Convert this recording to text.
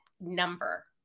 number